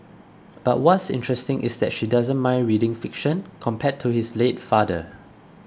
but what's interesting is that she doesn't mind reading fiction compared to his late father